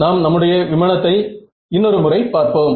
நாம் நம்முடைய விமானத்தை இன்னொரு முறை பார்ப்போம்